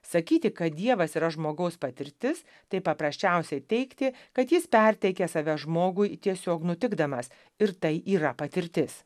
sakyti kad dievas yra žmogaus patirtis tai paprasčiausiai teigti kad jis perteikė save žmogui tiesiog nutikdamas ir tai yra patirtis